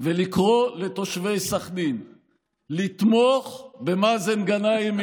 ולקרוא לתושבי סח'נין לתמוך במאזן גנאים,